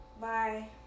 Bye